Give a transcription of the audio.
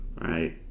right